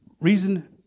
reason